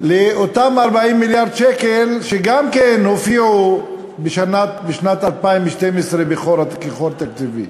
לאותם 40 מיליארד שקל שגם כן הופיעו בשנת 2012 כ"חור תקציבי".